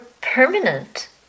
permanent